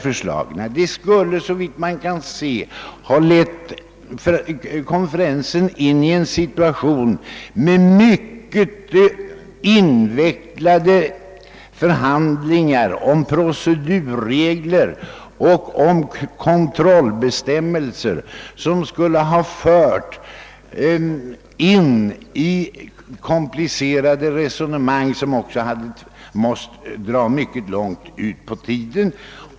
Såvitt jag kan se skulle detta ha försatt konferensen i en situation med mycket invecklade förhandlingar om procedurregler och kontrollbestämmelser som skulle ha lett till mycket komplicerade resonemang. Allt detta skulle ha dragit mycket långt ut på tiden.